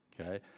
Okay